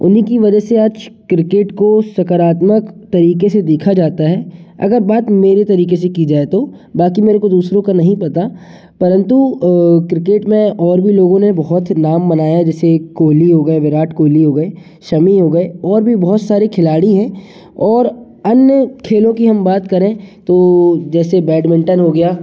उन्हीं की वजह से आज क्रिकेट को सकारात्मक तरीके से देखा जाता है अगर बात मेरे तरीके से की जाए तो बाकि मेरे को दूसरों का नहीं पता परंतु क्रिकेट में और भी लोगों ने बहुत ही नाम बनाया है जैसे कोहली हो गए विराट कोहली हो गए शमी हो गए और भी बहुत सारे खिलाड़ी हैं और अन्य खेलों की हम बात करें तो जैसे बैडमिंटन हो गया